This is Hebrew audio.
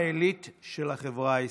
העילית של החברה הישראלית.